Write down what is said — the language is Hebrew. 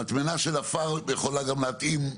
מטמנה של עפר יכולה גם להתאים?,